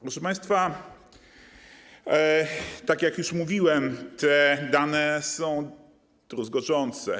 Proszę państwa, tak jak już mówiłem, te dane są druzgocące.